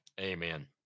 Amen